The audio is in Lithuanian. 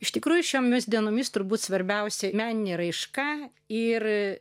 iš tikrųjų šiomis dienomis turbūt svarbiausia meninė raiška ir